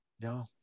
no